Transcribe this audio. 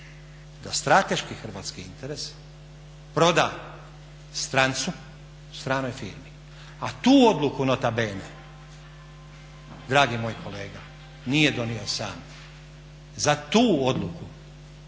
da strateški hrvatski interes proda strancu, stranoj firmi, a tu odluku nota bene, dragi moj kolega nije donio sam. Za tu odluku